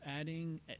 adding